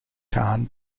kahn